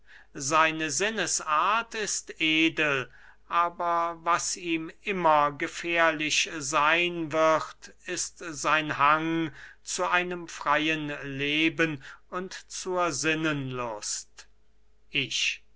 seine sinnesart ist edel aber was ihm immer gefährlich seyn wird ist sein hang zu einem freyen leben und zur sinnenlust ich